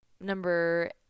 number